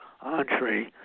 entree